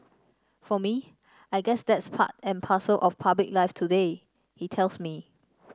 for me I guess that's part and parcel of public life today he tells me